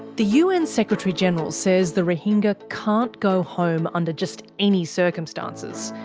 the u n secretary general says the rohingya can't go home under just any circumstances.